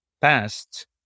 past